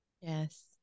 Yes